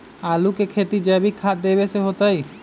आलु के खेती जैविक खाध देवे से होतई?